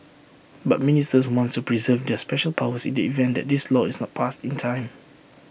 but ministers wanted to preserve their special powers in the event that this law is not passed in time